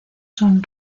son